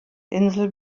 insel